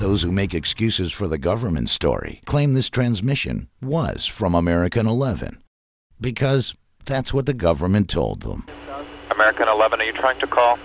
those who make excuses for the government story claim this transmission was from american eleven because that's what the government told them american eleven a truck to call